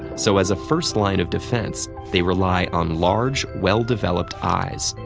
so as a first line of defense, they rely on large, well-developed eyes.